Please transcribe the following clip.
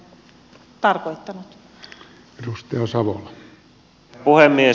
herra puhemies